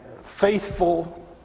faithful